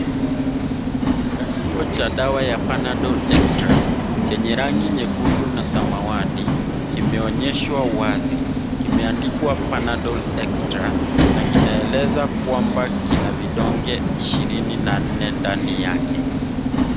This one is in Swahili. Vifungashio cha dawa ya panadol extra chenye rangi nyekundu na samawati kimeonyeshwa wazi kimeandikwa panadol extra na kinaeleza kwamba kina vidonge ishirini na nne ndani yake.